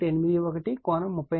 81 కోణం 38